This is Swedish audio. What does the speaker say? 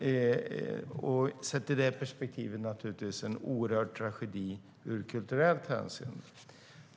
Sett i det perspektivet är det naturligtvis en oerhörd tragedi i kulturellt hänseende.